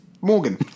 Morgan